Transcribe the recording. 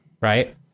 right